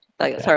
Sorry